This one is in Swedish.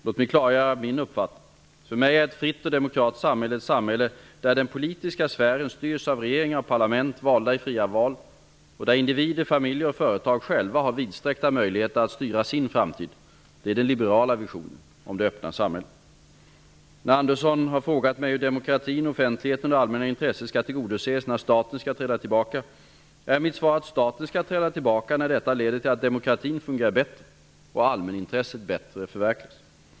Låt mig klargöra min uppfattning: För mig är ett fritt och demokratiskt samhälle ett samhälle där den politiska sfären styrs av regeringar och parlament, valda i fria val, och där individer, familjer och företag själva har vidsträckta möjligheter att styra sin framtid. Detta är den liberala visionen om det öppna samhället. När Andersson har frågat mig hur demokratin, offentligheten och det allmänna intresset skall tillgodoses när staten skall träda tillbaka, är mitt svar att staten skall träda tillbaka när detta leder till att demokratin fungerar bättre och allmänintresset bättre förverkligas.